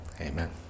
amen